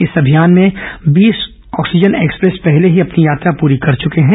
इस अभियान में बीस ऑक्सीजन एक्सप्रेस पहले ही अपनी यात्रा पूरी कर चुके हैं